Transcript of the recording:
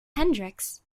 hendricks